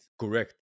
Correct